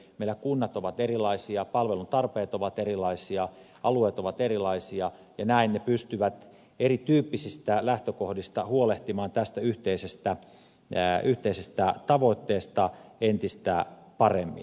meillä kunnat ovat erilaisia palvelun tarpeet ovat erilaisia alueet ovat erilaisia ja näin ne pystyvät erityyppisistä lähtökohdista huolehtimaan tästä yhteisestä tavoitteesta entistä paremmin